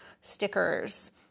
stickers